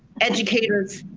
educators,